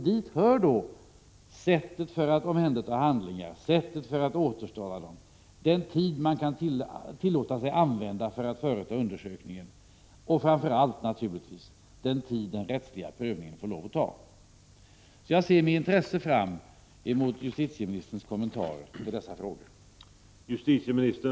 Dit hör sättet att omhänderta handlingar och återställa dem, den tid som kan tillåtas användas för att företa en undersökning och framför allt naturligtvis den tid den rättsliga prövningen får lov att ta. Jag ser med intresse fram mot justitieministerns kommentarer till dessa frågor.